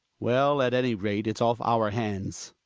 well, at any rate it's off our hands.